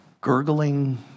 gurgling